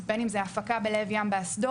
בין אם זה הפקה בלב ים באסדות,